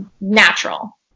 natural